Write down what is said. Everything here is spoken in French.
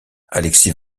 alexis